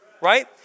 right